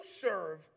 serve